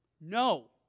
No